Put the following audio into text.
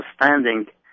understanding